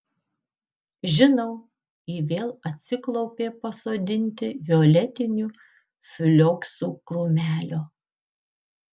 žinau ji vėl atsiklaupė pasodinti violetinių flioksų krūmelio